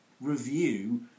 review